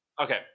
Okay